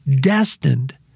destined